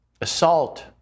assault